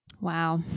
Wow